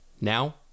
Now